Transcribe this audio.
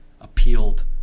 appealed